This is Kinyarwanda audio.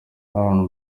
aaron